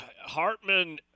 Hartman